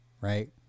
right